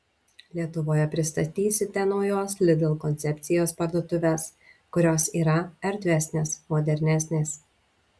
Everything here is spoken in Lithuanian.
lietuvoje pristatysite naujos lidl koncepcijos parduotuves kurios yra erdvesnės modernesnės